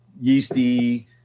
yeasty